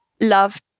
love